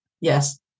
yes